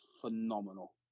phenomenal